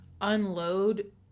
unload